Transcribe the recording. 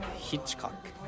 Hitchcock